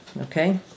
Okay